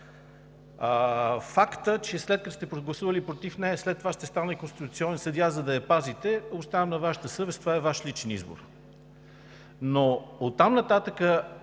Фактът, че след като сте гласували против нея и след това сте станали конституционен съдия, за да я пазите, оставям на Вашата съвест. Това е Ваш личен избор. Оттам нататък